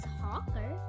hawker